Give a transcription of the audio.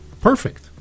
perfect